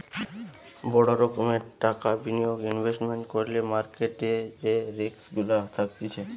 বড় রোকোমের টাকা বিনিয়োগ ইনভেস্টমেন্ট করলে মার্কেট যে রিস্ক গুলা থাকতিছে